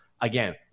again